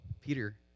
Peter